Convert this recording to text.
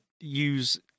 use